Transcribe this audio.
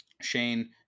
Shane